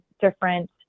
different